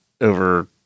over